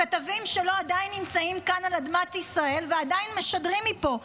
כתבים שלו עדיין נמצאים כאן על אדמת ישראל ועדיין משדרים מפה,